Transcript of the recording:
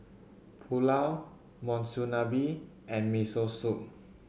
Pulao Monsunabe and Miso Soup